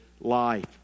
life